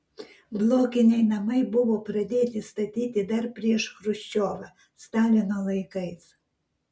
blokiniai namai buvo pradėti statyti dar prieš chruščiovą stalino laikais